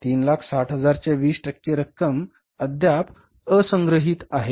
360000 च्या 20 टक्के रक्कम अद्याप असंग्रहित आहे